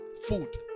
food